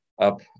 up